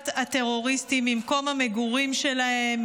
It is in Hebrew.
טרוריסטים מסביבת המגורים שלהם,